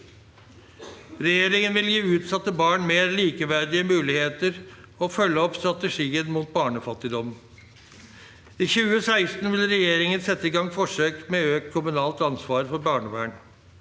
Regjeringen vil gi utsatte barn mer likeverdige muligheter og følge opp strategien mot barnefattigdom. I 2016 vil regjeringen sette i gang forsøk med økt kommunalt ansvar for barnevern.